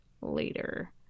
later